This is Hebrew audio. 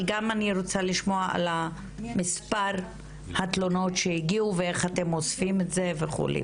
אני רוצה לשמוע על מספר התלונות שהגיעו ואיך אתם אוספים את זה וכו'.